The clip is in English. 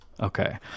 Okay